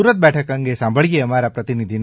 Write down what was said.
સુરત બેઠક અંગે સાંભળિએ અમારા પ્રતિનિધિને